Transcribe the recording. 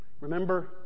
Remember